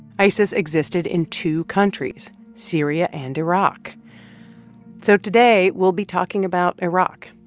isis existed in two countries, syria and iraq so today we'll be talking about iraq,